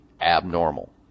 abnormal